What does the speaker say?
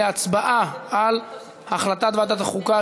להצבעה על החלטת ועדת החוקה,